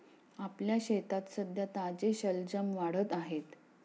आपल्या शेतात सध्या ताजे शलजम वाढत आहेत